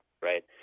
right